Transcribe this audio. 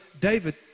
David